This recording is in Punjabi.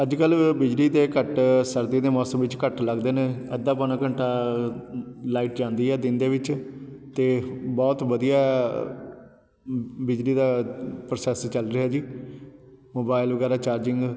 ਅੱਜ ਕੱਲ੍ਹ ਬਿਜਲੀ ਦੇ ਕੱਟ ਸਰਦੀ ਦੇ ਮੌਸਮ ਵਿੱਚ ਘੱਟ ਲੱਗਦੇ ਨੇ ਅੱਧਾ ਪੌਣਾ ਘੰਟਾ ਲਾਈਟ ਜਾਂਦੀ ਹੈ ਦਿਨ ਦੇ ਵਿੱਚ ਅਤੇ ਬਹੁਤ ਵਧੀਆ ਬਿਜਲੀ ਦਾ ਪਰੌਸੈਸ ਚੱਲ ਰਿਹਾ ਜੀ ਮੋਬਾਇਲ ਵਗੈਰਾ ਚਾਰਜਿੰਗ